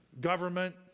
government